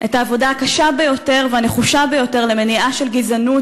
את העבודה הקשה ביותר והנחושה ביותר למניעה של גזענות,